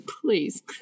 Please